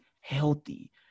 healthy